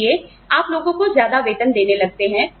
इसलिए आप लोगों को ज्यादा वेतन देने लगते हैं